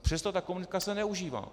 Přesto ta komunikace se neužívá.